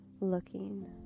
looking